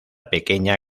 pequeña